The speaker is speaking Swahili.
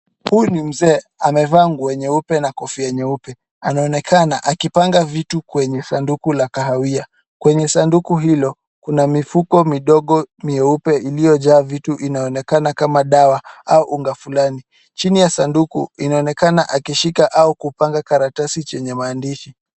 Huyu ni mzee. Amevaa nguo nyeupe na kofia nyeupe. Anaonekana akipanga vitu kwenye sanduku la kahawia. Kwenye sanduku hilo kuna mifuko midogo mieupe iliyojaa vitu inaonekana kama dawa au unga fulani. Chini ya sanduku inaonekana akishika au kupanga karatasi chenye maandishi.